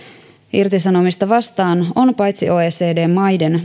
irtisanomista vastaan on paitsi oecd maiden